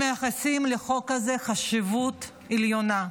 הם מייחסים לחוק הזה חשיבות עליונה.